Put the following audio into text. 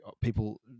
People